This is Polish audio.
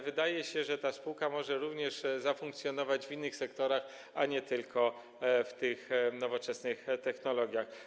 Wydaje się, że ta spółka może również zafunkcjonować w innych sektorach, nie tylko w nowoczesnych technologiach.